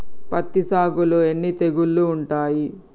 పత్తి సాగులో ఎన్ని తెగుళ్లు ఉంటాయి?